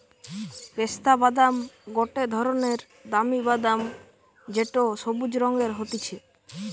পেস্তা বাদাম গটে ধরণের দামি বাদাম যেটো সবুজ রঙের হতিছে